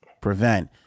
prevent